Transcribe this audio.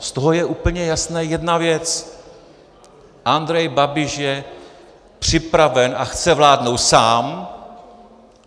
Z toho je úplně jasná jedna věc: Andrej Babiš je připraven a chce vládnout sám